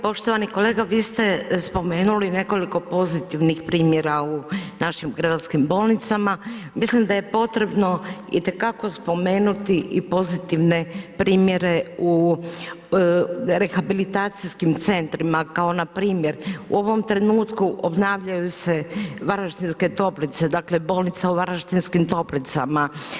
Poštovani kolega vi ste spomenuli nekoliko pozitivnih primjera u našim hrvatskim bolnicama, mislim da je potrebno itekako spomenuti i pozitivne primjere u rehabilitacijskim centrima kao npr. u ovom trenutku obnavljaju se Varaždinske toplice, dakle bolnica u Varaždinskim Toplicama.